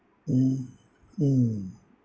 mm mm